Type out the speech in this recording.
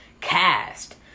cast